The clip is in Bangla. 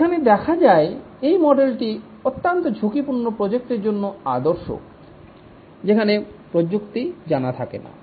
এখানে দেখা যায় এই মডেলটি অত্যন্ত ঝুঁকিপূর্ণ প্রজেক্ট এর জন্য আদর্শ যেখানে প্রযুক্তি জানা থাকে না